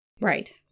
Right